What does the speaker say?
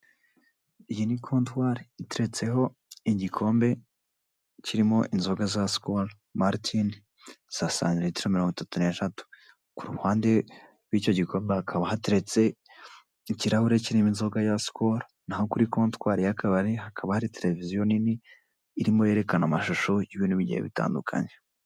Iyi ni kontwari iteretseho igikombe, kirimo inzoga za sikoru maritini za santiritiro mirongo itatu n'eshatu. Ku ruhande rw'icyo gikombe hakaba hateretse ikirahuri kirimo inzoga ya sikoru n'aho kuri kontwari y'akabari hakaba hari televiziyo nini irimo yerekana amashusho y'ibintu bigiye bitandukanye.